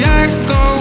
echo